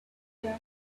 their